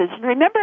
Remember